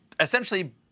essentially